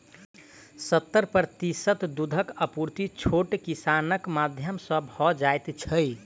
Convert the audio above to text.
सत्तर प्रतिशत दूधक आपूर्ति छोट किसानक माध्यम सॅ भ जाइत छै